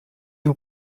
you